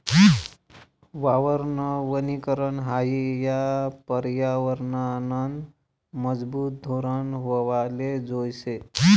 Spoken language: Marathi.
वावरनं वनीकरन हायी या परयावरनंनं मजबूत धोरन व्हवाले जोयजे